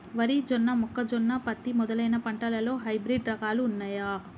వరి జొన్న మొక్కజొన్న పత్తి మొదలైన పంటలలో హైబ్రిడ్ రకాలు ఉన్నయా?